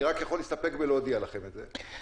אני רק יכול להסתפק בלהודיע לכם את זה.